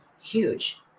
Huge